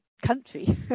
country